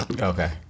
Okay